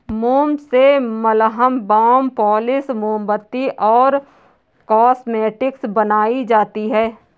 मोम से मलहम, बाम, पॉलिश, मोमबत्ती और कॉस्मेटिक्स बनाई जाती है